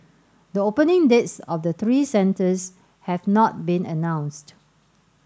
the opening dates of the three centres have not been announced